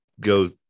go